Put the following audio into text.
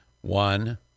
One